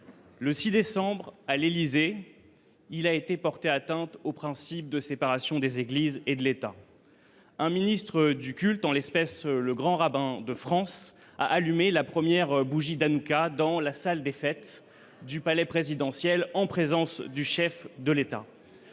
Le 6 décembre dernier, à l’Élysée, il a été porté atteinte au principe de séparation des Églises et de l’État. Un ministre du culte, à savoir le grand rabbin de France, a allumé la première bougie de Hanoukka dans la salle des fêtes du palais présentiel, en présence du chef de l’État.